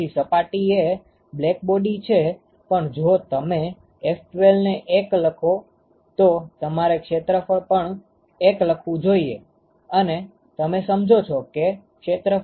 પછી સપાટી એ બ્લેક્બોડી છે પણ જો તમે F12ને 1 લખો તો તમારે ક્ષેત્રફળ પણ 1 લખવું જોઈએ અને તમે સમજો છો કે ક્ષેત્રફળ 1 હોઈ શકે નહિ